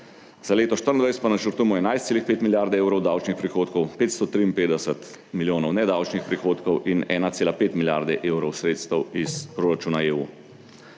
Za leto 2024 pa načrtujemo 11,5 milijarde evrov davčnih prihodkov, 553 milijonov nedavčnih prihodkov in 1,5 milijarde evrov sredstev iz proračuna EU.